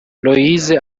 loise